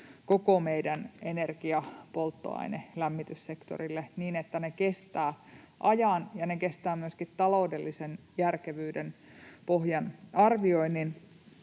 koko meidän energia‑, polttoaine- ja lämmityssektorille, niin että ne kestävät ajan ja ne kestävät myöskin taloudellisen järkevyyden pohjan arvioinnin.